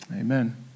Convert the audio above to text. Amen